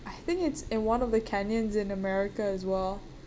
I think it's in one of the canyons in america as well